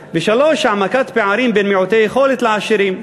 3. העמקת פערים בין מעוטי יכולת לעשירים.